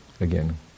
Again